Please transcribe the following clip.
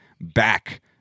back